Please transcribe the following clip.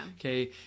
Okay